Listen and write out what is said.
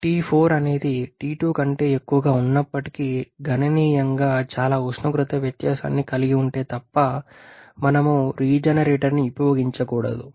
T4 అనేది T2 కంటే ఎక్కువగా ఉన్నప్పటికీ గణనీయంగా చాలా ఉష్ణోగ్రత వ్యత్యాసాన్ని కలిగి ఉంటే తప్ప మనం రీజెనరేటర్ ని ఉపయోగించకూడదు